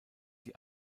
die